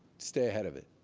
stay ahead of it.